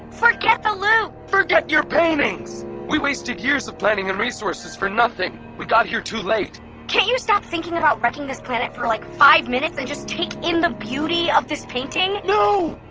forget the loop! forget your paintings! we wasted years of planning and resources for nothing. we got here too late can't you stop thinking about wrecking this planet for like five minutes and just take in the beauty of this painting? no!